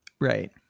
right